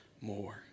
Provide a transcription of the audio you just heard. more